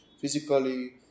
physically